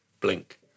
blink